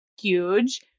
huge